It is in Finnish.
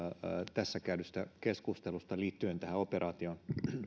tästä käydystä keskustelusta liittyen tähän operaatioon